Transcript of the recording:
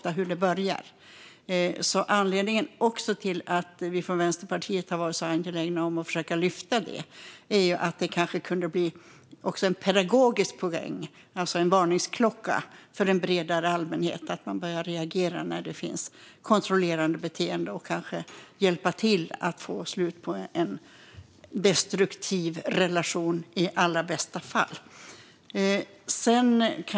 Anledningen till att Vänsterpartiet har varit angelägna om att lyfta fram detta är att det skulle kunna ha en pedagogisk poäng och bli en varningsklocka för en bredare allmänhet så att fler reagerar på kontrollerande beteende och i bästa fall kan hjälpa till att få slut på en destruktiv relation.